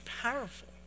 powerful